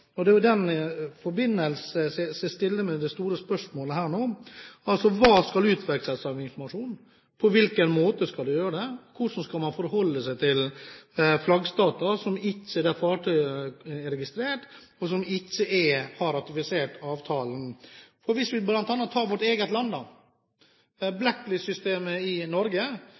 Og det er i den forbindelse jeg stiller det store spørsmålet: Hva skal utveksles av informasjon, på hvilken måte skal man gjøre det, hvordan skal man forholde seg til flaggstaten der fartøyet er registrert, og som ikke har ratifisert avtalen? Hvis vi tar vårt eget land: Black List i Norge